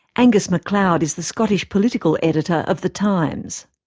angus macleod is the scottish political editor of the times.